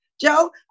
Joe